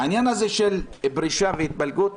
העניין הזה של פרישה והתפלגות,